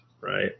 right